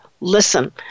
listen